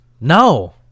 No